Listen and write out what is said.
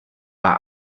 bei